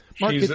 Mark